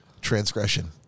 transgression